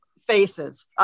Faces